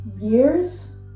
years